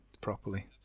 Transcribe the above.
properly